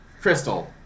Crystal